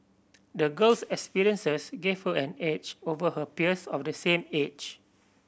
the girl's experiences gave her an edge over her peers of the same age